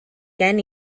gen